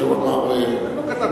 זה הוא אמר, לא כתב.